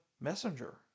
messenger